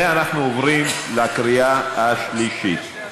ואנחנו עוברים לקריאה השלישית,